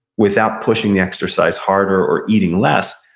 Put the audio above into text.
without pushing the exercise harder, or eating less,